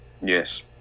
Yes